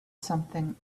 something